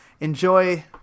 Enjoy